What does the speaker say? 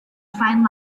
find